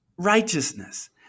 righteousness